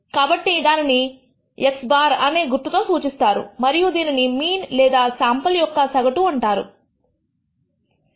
కాబట్టి దానిని x̅ అనే గుర్తుతో సూచిస్తారు మరియు దీనిని మీన్ లేదా శాంపుల్ యొక్క సగటు ఉంటారు అంటారు